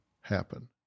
happen